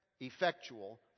effectual